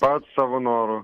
pats savo noru